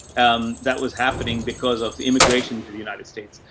um, that was happening because of immigration to the united states.